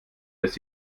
lässt